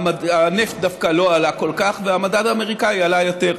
הנפט דווקא לא עלה כל כך, והמדד אמריקני עלה יותר.